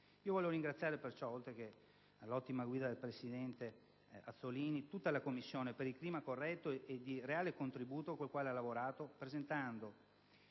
Vorrei ringraziare, oltre all'ottima guida del presidente Azzollini, tutta la Commissione per il clima corretto e di reale contributo con il quale ha lavorato presentando